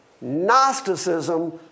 Gnosticism